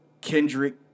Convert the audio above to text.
Kendrick